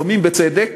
לפעמים בצדק,